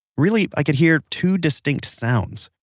really, i could hear two distinct sounds.